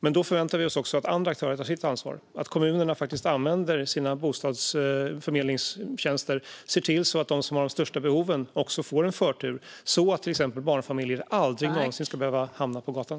Men då förväntar vi oss att också andra aktörer tar sitt ansvar och att kommunerna använder sina bostadsförmedlingstjänster och ser till att de som har störst behov får förtur så att till exempel barnfamiljer aldrig någonsin ska behöva hamna på gatan.